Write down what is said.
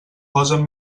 posen